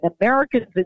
Americans